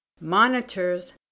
monitors